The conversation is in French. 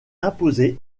imposée